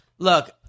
Look